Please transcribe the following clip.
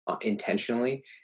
intentionally